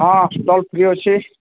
ହଁ stall free ଅଛି